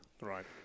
Right